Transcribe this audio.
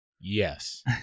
Yes